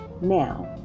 Now